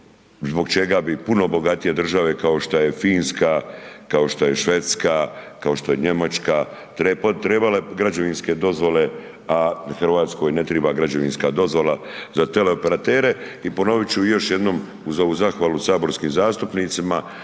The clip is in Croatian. zbog čega bi puno bogatije države kao što je Finska, kao što je Švedska, kao što je Njemačka, trebale građevinske dozvole, a RH ne treba građevinska dozvola za teleoperatere i ponovit ću još jednom uz ovu zahvalu saborskim zastupnicima,